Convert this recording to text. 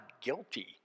guilty